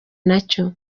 nacyo